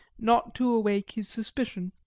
not to awake his suspicion.